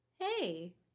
hey